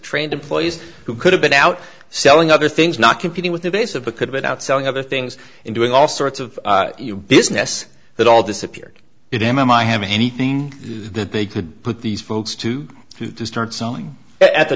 trained employees who could have been out selling other things not competing with the base of the could without selling other things and doing all sorts of business that all disappeared in my having anything that they could put these folks to who to start selling at the